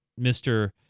Mr